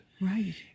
Right